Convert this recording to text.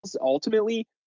ultimately